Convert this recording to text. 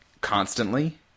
constantly